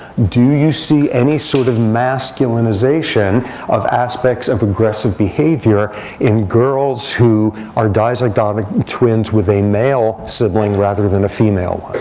do you see any sort of masculinization of aspects of aggressive behavior in girls who are dizygotic twins with a male sibling rather than a female